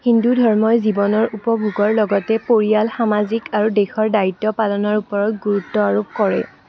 হিন্দু ধৰ্মই জীৱনৰ উপভোগৰ লগতে পৰিয়াল সামাজিক আৰু দেশৰ দায়িত্ব পালনৰ ওপৰত গুৰুত্ব আৰোপ কৰে